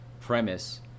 premise